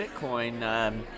Bitcoin